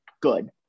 good